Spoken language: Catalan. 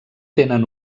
tenen